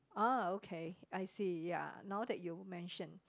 uh okay I see ya now that you mention